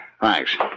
Thanks